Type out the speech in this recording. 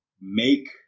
make